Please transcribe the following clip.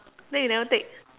then you never take